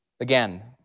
Again